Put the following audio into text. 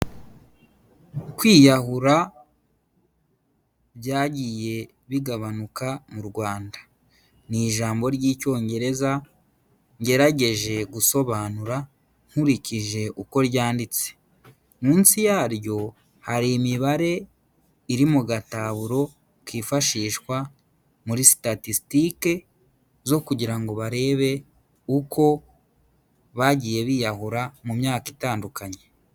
Kwiyahura byagiye bigabanuka mu Rwanda, ni ijambo ry'icyongereza ngerageje gusobanura nkurikije uko ryanditse, munsi yaryo hari imibare iri mu gataburo kifashishwa muri statistic zo kugira ngo barebe uko bagiye biyahura mu myaka itandukanye.